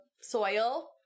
soil